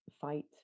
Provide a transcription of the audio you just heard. fight